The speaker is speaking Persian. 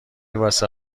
واسه